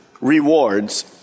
rewards